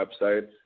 websites